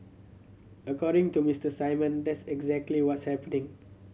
according to Mister Simon that's exactly what's happening